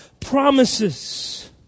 promises